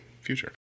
future